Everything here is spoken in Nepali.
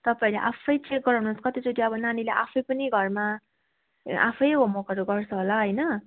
तपाईँहरूले आफै चेक गर्नुहोस् कतिचोटि अब नानीले आफै पनि घरमा आफै होमवर्कहरू गर्छ होला होइन